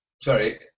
Sorry